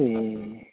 ए